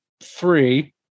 three